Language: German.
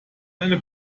eine